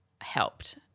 helped